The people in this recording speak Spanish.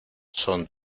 son